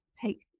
take